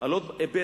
על עוד היבט.